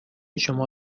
شما